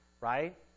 Right